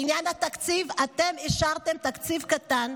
בעניין התקציב אתם אישרתם תקציב קטן,